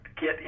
get